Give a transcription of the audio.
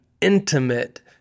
intimate